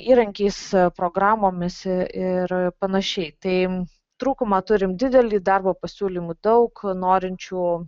įrankiais programomis ir panašiaitai trūkumą turim didelį darbo pasiūlymų daug norinčių